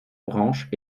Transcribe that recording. branches